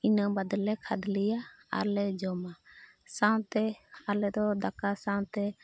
ᱤᱱᱟᱹ ᱵᱟᱫ ᱞᱮ ᱠᱷᱟᱫᱽᱞᱮᱭᱟ ᱟᱨ ᱞᱮ ᱡᱚᱢᱟ ᱥᱟᱶᱛᱮ ᱟᱞᱮ ᱫᱚ ᱫᱟᱠᱟ ᱥᱟᱶᱛᱮ